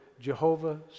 Jehovah